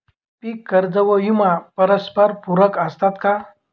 पीक कर्ज व विमा परस्परपूरक असतात का?